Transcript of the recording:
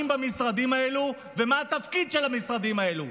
במשרדים האלו ומה התפקיד של המשרדים האלו,